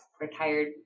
retired